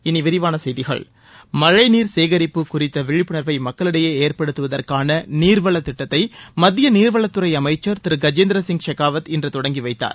இனி விரிவான செய்திகள் மழைநீர் சேகரிப்பு குறித்த விழிப்புணர்வை மக்களிடையே ஏற்படுத்துவதற்கான நீர்வளத் திட்டத்தை மத்திய நீர்வளத்துறை அமைச்சர் திரு கஜேந்திர சிங் செகாவத் இன்று தொடங்கி வைத்தார்